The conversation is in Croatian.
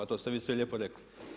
To ste vi sve lijepo rekli.